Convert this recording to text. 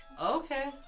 Okay